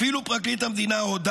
אפילו פרקליט המדינה הודה